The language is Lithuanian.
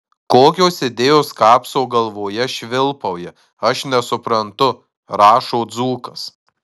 kokios idėjos kapso galvoje švilpauja aš nesuprantu rašo dzūkas